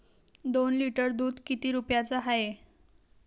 दोन लिटर दुध किती रुप्याचं हाये?